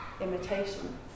imitation